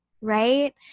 right